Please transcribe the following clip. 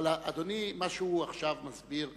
אבל מה שאדוני מסביר עכשיו,